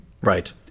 right